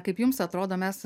kaip jums atrodo mes